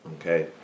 Okay